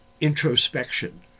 introspection